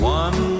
one